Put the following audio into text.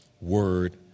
word